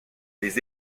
les